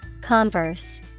Converse